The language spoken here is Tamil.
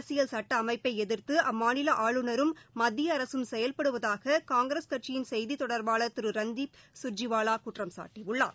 அரசியல் சட்ட அமைப்பை எதிர்த்து அம்மாநில ஆளுநரும் மத்திய அரசும் செயல்படுவதாக காங்கிரஸ் கட்சியின் செய்தி தொடர்பாளர் திரு ரன்தீப் சுர்ஜிவாவா குற்றம் சாட்டியுள்ளார்